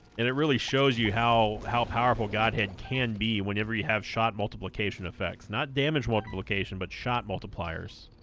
and it really shows you how how powerful godhead can be whenever you have shot multiplication effects not damage multiplication but shot multipliers